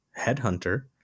Headhunter